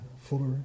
fuller